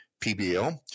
PBL